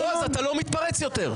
בועז, אתה לא מתפרץ יותר.